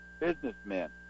businessmen